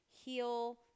heal